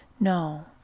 No